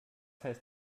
heißt